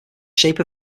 shape